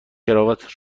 کراوات